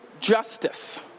Justice